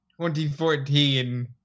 2014